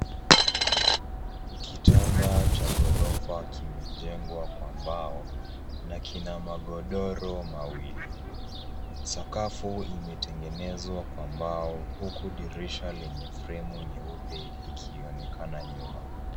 Kitanda cha ghorofa kimejengwa kwa mbao na kina magodoro mawili. Sakafu imetengenezwa kwa mbao huku dirisha lenye fremu nyeupe likionekana nyuma.